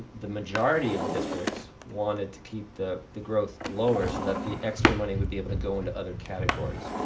the majority of the districts wanted to keep the the growth lower so that the extra money would be able to go into other categories.